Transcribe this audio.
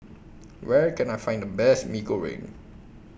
Where Can I Find The Best Mee Goreng